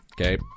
Okay